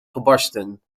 gebarsten